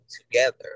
together